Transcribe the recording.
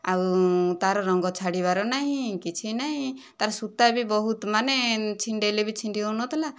ଆଉ ତାର ରଙ୍ଗ ଛାଡ଼ିବାର ନାହିଁ କିଛି ନାହିଁ ତା'ର ସୂତା ବି ବହୁତ ମାନେ ଛିଣ୍ଡାଇଲେ ବି ଛିଣ୍ଡି ହେଉନଥିଲା